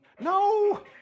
No